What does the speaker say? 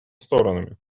сторонами